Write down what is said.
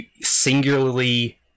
singularly